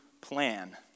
plan